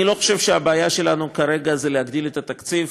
אני לא חושב שהבעיה שלנו כרגע זה להגדיל את התקציב,